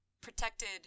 protected